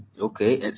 Okay